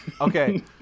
Okay